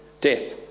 death